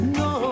no